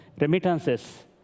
remittances